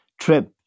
trip